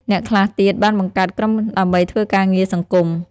អ្នកខ្លះទៀតបានបង្កើតក្រុមដើម្បីធ្វើការងារសង្គម។